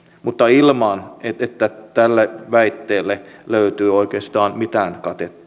mutta ilman että tälle väitteelle löytyy oikeastaan mitään katetta